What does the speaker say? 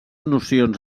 nocions